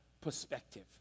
perspective